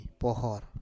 pohor